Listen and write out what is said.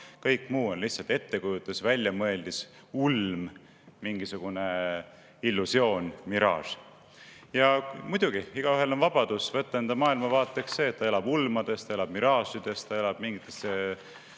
kõik muu on lihtsalt ettekujutus, väljamõeldis, ulm, mingisugune illusioon, miraaž. Muidugi, igaühel on vabadus võtta enda maailmavaateks see, et ta elab ulmades, ta elab miraažides, ta elab mingites